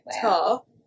tall